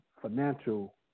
financial